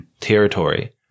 territory